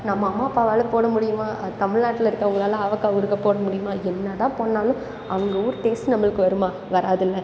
நம்ம அம்மா அப்பாவால் போட முடியுமா அது தமிழ்நாட்டில் இருக்கிறவங்களால் ஆவக்காய் ஊறுகாய் போட முடியுமா என்ன தான் பண்ணாலும் அவங்க ஊர் டேஸ்ட் நம்மளுக்கு வருமா வராதில்லை